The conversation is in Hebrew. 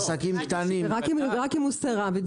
רק אם הוא התבקש וסירב.